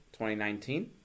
2019